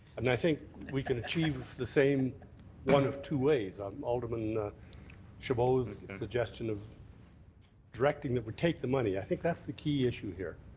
and i think we can achieve the same one of two ways. um alderman chabot's suggestion of directing that we take the money, i think that's the key issue here.